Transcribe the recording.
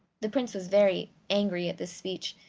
the prince was very angry at this speech,